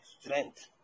strength